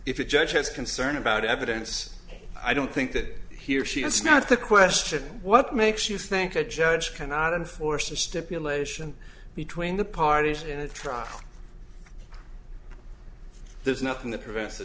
if a judge has concern about evidence i don't think that he or she it's not the question what makes you think a judge cannot enforce a stipulation between the parties in a trial there's nothing that prevent